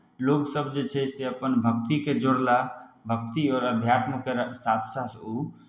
लोकसभ जे छै से अपन भक्तिकेँ जोड़ला भक्ति आओर अध्यात्म केर साथ साथ ऊ